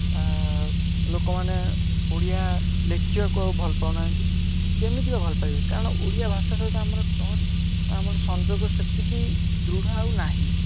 ଲୋକମାନେ ଓଡ଼ିଆ ଲେଖିବାକୁ ଆଉ ଭଲ ପାଉନାହାନ୍ତି କେମିତି ବା ଭଲ ପାଇବେ କାରଣ ଓଡ଼ିଆ ଭାଷା ସହିତ ଆମର ଟଚ୍ ବା ଆମର ସଂଯୋଗ ସେତିକି ଦୃଢ଼ ଆଉ ନାହିଁ